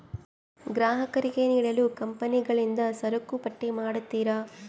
ಗ್ರಾಹಕರಿಗೆ ನೀಡಲು ಕಂಪನಿಗಳಿಂದ ಸರಕುಪಟ್ಟಿ ಮಾಡಿರ್ತರಾ